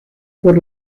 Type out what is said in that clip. por